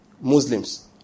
Muslims